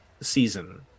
season